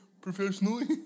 Professionally